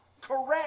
Correct